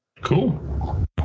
Cool